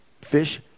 fish